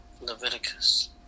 Leviticus